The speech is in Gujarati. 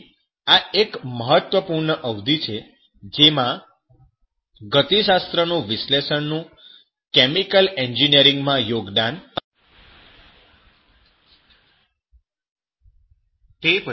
તેથી આ એક મહત્વપૂર્ણ અવધિ છે જેમાં ઉષ્માગતિશાસ્ત્રનું વિશ્લેષણ નું કેમિકલ એન્જિનિયરિંગમાં યોગદાન નોંધપાત્ર હતું